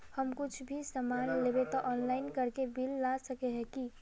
हम कुछ भी सामान लेबे ते ऑनलाइन करके बिल ला सके है की?